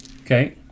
Okay